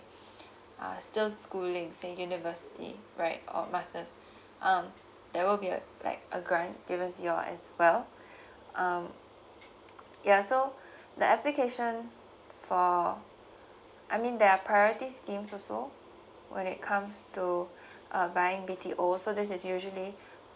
are still schooling say university right or masters um there will be a like a grant given to you all as well um ya so the application for I mean there are priorities scheme also when it comes to uh buying B_T_O so this is usually